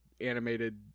animated